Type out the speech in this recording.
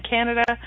Canada